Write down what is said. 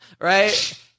right